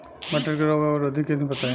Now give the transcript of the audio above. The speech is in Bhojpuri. मटर के रोग अवरोधी किस्म बताई?